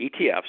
ETFs